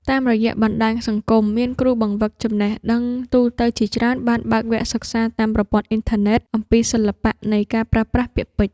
តាមរយៈបណ្ដាញសង្គម មានគ្រូបង្វឹកចំណេះដឹងទូទៅជាច្រើនបានបើកវគ្គសិក្សាតាមប្រព័ន្ធអ៊ីនធឺណិត អំពីសិល្បៈនៃការប្រើប្រាស់ពាក្យពេចន៍។